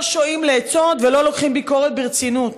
לא שועים לעצות ולא לוקחים ביקורת ברצינות.